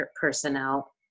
personnel